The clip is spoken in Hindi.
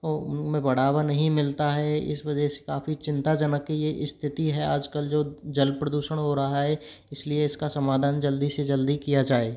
वो उनमें बढ़ावा नहीं मिलता है इस वजह से काफ़ी चिंताजनक ये स्थिति है आज कल जो जल प्रदूषण हो रहा है इसलिए इसका समाधान जल्दी से जल्दी किया जाए